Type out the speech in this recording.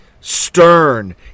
stern